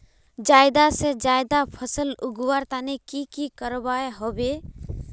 ज्यादा से ज्यादा फसल उगवार तने की की करबय होबे?